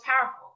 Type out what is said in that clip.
powerful